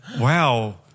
Wow